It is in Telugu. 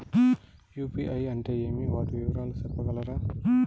యు.పి.ఐ అంటే ఏమి? వాటి వివరాలు సెప్పగలరా?